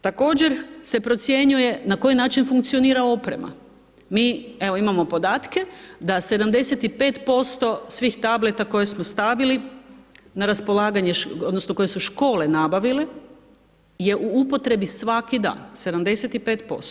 Također se procjenjuje na koji način funkcionira oprema, mi evo, imamo podatke, da 75% svih tableta koje smo stavili na raspolaganje, odnosno, koje su škole nabavile je u upotrebi svaki dan, 75%